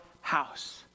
house